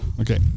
okay